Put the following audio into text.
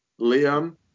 Liam